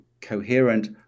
coherent